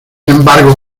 embargo